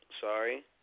Sorry